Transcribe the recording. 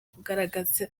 kugaragaza